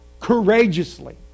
courageously